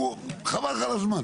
הוא, חבל לך על הזמן.